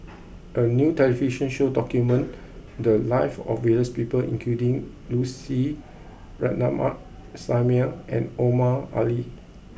a new television show documented the lives of various people including Lucy Ratnammah Samuel and Omar Ali